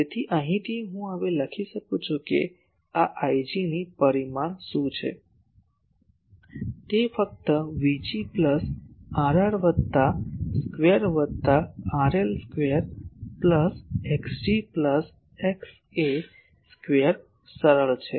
તેથી અહીંથી હું હવે લખી શકું છું કે આ Ig ની પરિમાણ શું છે તે ફક્ત Vg પ્લસ Rr વત્તા સ્ક્વેર વત્તા RL square plus Xg plus XA square સરળ છે